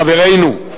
חברינו,